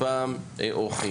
פעם אורחים.